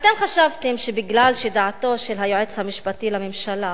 אתם חשבתם, בגלל דעתו של היועץ המשפטי לממשלה,